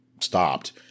stopped